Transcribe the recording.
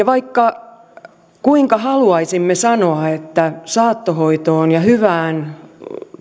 vaikka kuinka haluaisimme sanoa että saattohoitoon ja hyvään